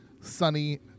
sunny